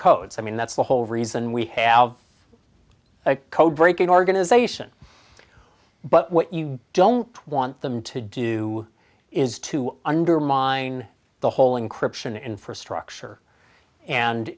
codes i mean that's the whole reason we have a code breaking organization but you don't want them to do is to undermine the whole encryption infrastructure and